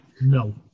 no